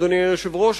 אדוני היושב-ראש,